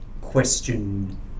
question